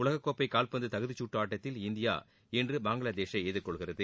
உலகக் கோப்பை கால்பந்து தகுதிச் கற்று ஆட்டத்தில் இந்தியா இன்று பங்களாதேஷை எதிர்கொள்கிறது